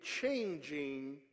changing